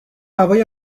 هوای